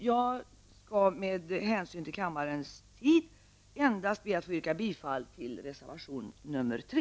Jag skall med hänsyn till kammarens tid be att få yrka bifall endast till reservation 3.